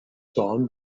time